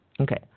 Okay